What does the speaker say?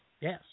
Yes